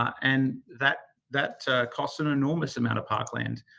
and that that cost an enormous amount of parkland.